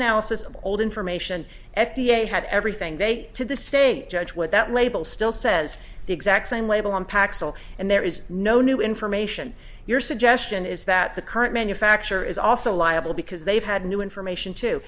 analysis of old information f d a had everything they say to the state judge what that label still says the exact same label on paxil and there is no new information your suggestion is that the current manufacturer is also liable because they've had new information to